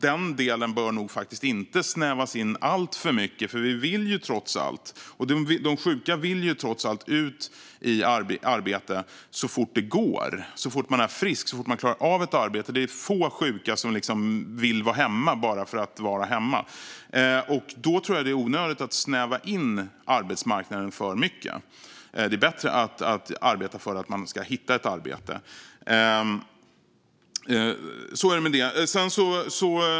Den delen bör nog faktiskt inte snävas in alltför mycket, för de sjuka vill trots allt ut i arbete så fort det går, så fort man är frisk och så fort man klarar av ett arbete. Det är få sjuka som vill vara hemma bara för att vara hemma. Jag tror därför att det är onödigt att snäva in arbetsmarknaden för mycket. Det är bättre att arbeta för att den sjuke ska hitta ett arbete.